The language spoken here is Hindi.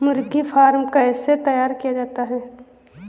मुर्गी फार्म कैसे तैयार किया जाता है?